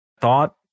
thought